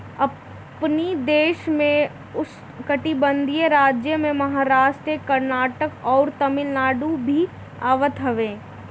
अपनी देश में उष्णकटिबंधीय राज्य में महाराष्ट्र, कर्नाटक, अउरी तमिलनाडु भी आवत हवे